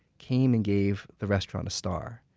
came and gave the restaurant a star.